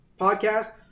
podcast